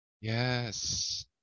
yes